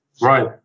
Right